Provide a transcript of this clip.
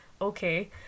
Okay